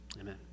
Amen